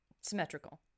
Symmetrical